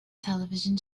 television